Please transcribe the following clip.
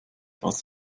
was